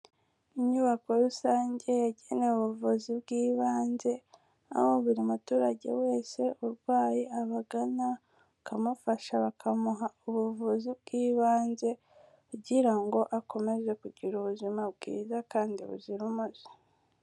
Inyubako rusange yagenewe ubuvuzi bw'ibanze, aho buri muturage wese urwaye abagana akamufasha bakamuha ubuvuzi bw'ibanze, kugira ngo akomeze kugira ubuzima bwiza kandi buzira umuze.